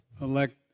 elect